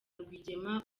rwigema